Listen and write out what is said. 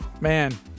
man